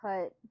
put